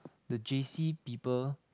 the j_c people